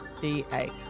D8